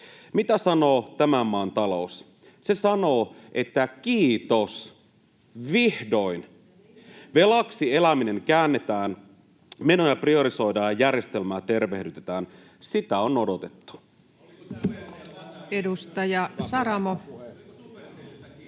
Mitä se ihminen sanoo?] Velaksi eläminen käännetään, menoja priorisoidaan ja järjestelmää tervehdytetään. Sitä on odotettu. Edustaja Saramo.